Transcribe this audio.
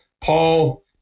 Paul